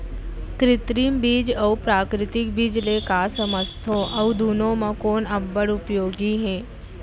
कृत्रिम बीज अऊ प्राकृतिक बीज ले का समझथो अऊ दुनो म कोन अब्बड़ उपयोगी हे?